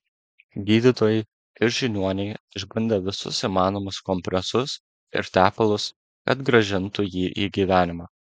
gydytojai ir žiniuoniai išbandė visus įmanomus kompresus ir tepalus kad grąžintų jį į gyvenimą